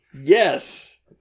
Yes